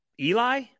Eli